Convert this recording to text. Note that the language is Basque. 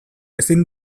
ezin